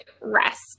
rest